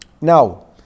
Now